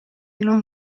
non